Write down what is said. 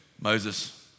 Moses